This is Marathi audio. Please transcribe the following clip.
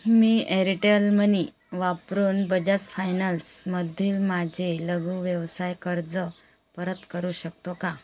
मी एअरटेल मनी वापरून बजाज फायनान्स मधील माझे लघू व्यवसाय कर्ज परत करू शकतो का